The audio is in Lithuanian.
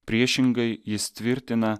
priešingai jis tvirtina